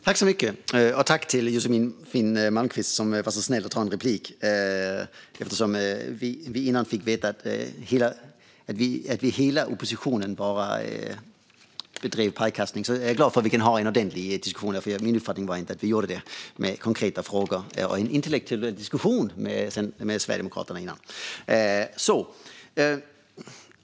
Herr talman! Jag tackar Josefin Malmqvist, som var snäll och tog replik. Eftersom vi tidigare fick veta att hela oppositionen bara ägnade sig åt pajkastning är jag glad för att jag och Josefin Malmqvist kan ha en ordentlig diskussion. Min uppfattning var inte att vi ägnade oss åt det utan att det var konkreta frågor och en intellektuell diskussion med Sverigedemokraterna.